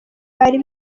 bari